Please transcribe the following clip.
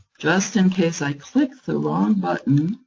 just in case i click the wrong button,